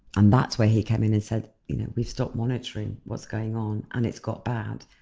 and that's where he came in and said you know we've stopped monitoring what's going on and it's got bad,